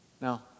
Now